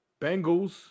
Bengals